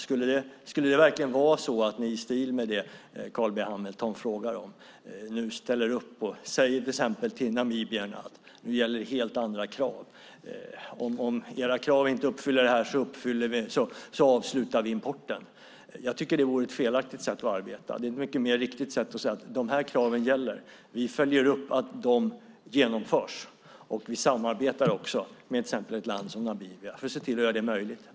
Skulle det verkligen vara så att ni i stil med det Carl B Hamilton frågar om nu ställer upp och säger till exempel till namibierna att nu gäller helt andra krav och att vi om kraven inte uppfylls avslutar importen skulle det, tycker jag, vara ett felaktigt sätt att arbeta. Det är ett mycket riktigare sätt att säga: De här kraven gäller. Vi följer upp att de genomförs. Vi samarbetar också till exempel med ett land som Namibia för att se till att göra det möjligt.